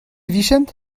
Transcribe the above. vijent